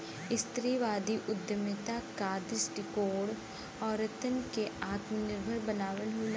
स्त्रीवादी उद्यमिता क दृष्टिकोण औरतन के आत्मनिर्भर बनावल होला